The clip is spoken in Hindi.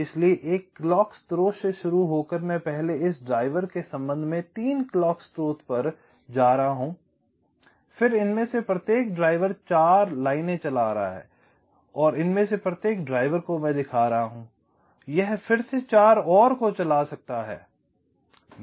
इसलिए एक क्लॉक स्रोत से शुरू होकर मैं पहले इस ड्राइवर के सम्बन्ध में 3 क्लॉक स्रोत पर जा रहा हूं फिर इनमें से प्रत्येक ड्राइवर 4 लाइनें चला रहा है और इनमें से प्रत्येक ड्राइवर को मैं दिखा रहा हूं यह फिर से 4 और को चला सकता है सकता है